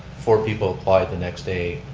four people applied the next day.